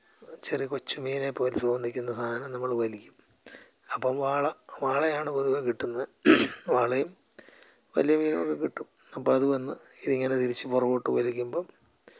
ചെറിയ കൊച്ചു മീനിനെപ്പോലെ തോന്നിക്കുന്ന സാധനം നമ്മൾ വലിക്കും അപ്പോൾ വാള വാളയാണ് പൊതുവേ കിട്ടുന്നത് വാളയും വലിയ മീനൊക്കെ കിട്ടും അപ്പോൾ അത് വന്ന് ഇതിങ്ങനെ തിരിച്ചു പുറകോട്ട് വലിക്കുമ്പം